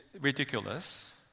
ridiculous